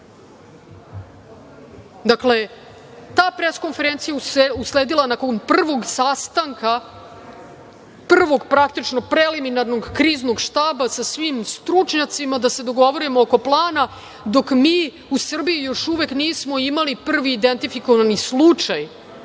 ta pres konferencija je usledila nakon prvog sastanka, prvog, praktično, preliminarnog kriznog štaba sa svim stručnjacima da se dogovorimo oko plana, dok mi u Srbiji još uvek nismo imali prvi identifikovani slučaj